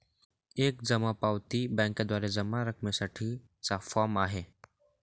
एक जमा पावती बँकेद्वारे जमा रकमेसाठी चा फॉर्म आहे